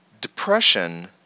Depression